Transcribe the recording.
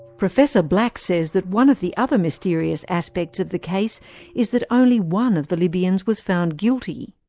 professor black says that one of the other mysterious aspects of the case is that only one of the libyans was found guilty.